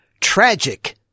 Tragic